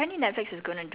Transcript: ya